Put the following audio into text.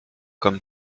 comme